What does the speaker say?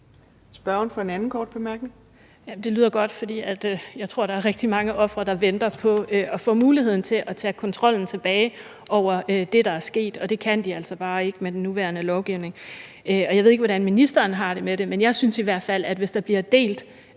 Lorentzen Dehnhardt (SF): Jamen det lyder godt, for jeg tror, at der er rigtig mange ofre, der venter på at få muligheden for at tage kontrollen tilbage over det, der er sket, og det kan de altså bare ikke med den nuværende lovgivning. Og jeg ved ikke, hvordan ministeren har det med det, men jeg synes i hvert fald, at hvis der bliver delt